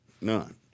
none